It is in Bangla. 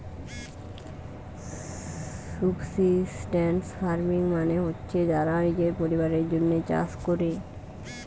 সুবসিস্টেন্স ফার্মিং মানে হচ্ছে যারা নিজের পরিবারের জন্যে চাষ কোরে